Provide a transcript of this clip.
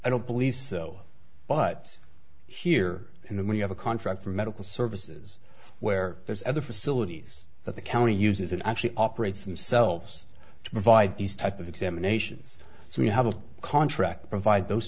i don't believe so but here and when you have a contract for medical services where there's other facilities that the county uses and actually operates and selves to provide these type of examinations so you have a contract to provide those